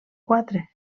quatre